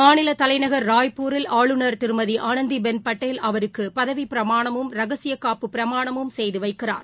மாநில தலைநகர் ராய்ப்பூரில் ஆளுநர் திருமதி ஆனந்திபென் பட்டேல் அவருக்கு பதவிப் பிரமாணமும் ரகசிய காப்பு பிரமாணமும் செய்து வைக்கிறார்